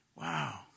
wow